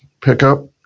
pickup